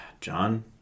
John